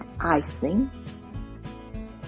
icing